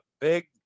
big